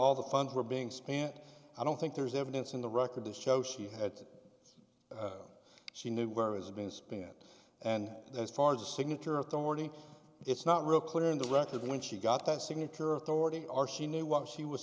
all the funds were being spent i don't think there's evidence in the record to show she had that she knew where it has been spent and as far as the signature authority it's not really clear in the record when she got that signature authority or she knew what she was